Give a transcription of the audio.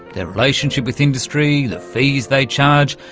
their relationship with industry, the fees they charge,